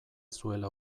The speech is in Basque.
zuela